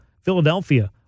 Philadelphia